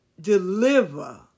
deliver